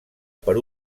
per